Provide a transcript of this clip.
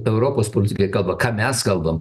europos politikai kalba ką mes kalbam